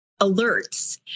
alerts